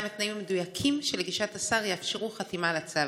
2. מהם התנאים המדויקים שלגישת השר יאפשרו חתימה על הצו?